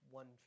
one